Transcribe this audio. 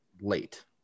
late